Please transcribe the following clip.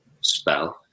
spell